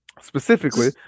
specifically